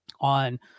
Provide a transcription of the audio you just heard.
on